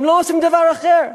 הם לא עושים דבר אחר.